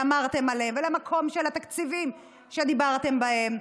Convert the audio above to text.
שאמרתם עליהם, ולמקום של התקציבים שדיברתם בהם,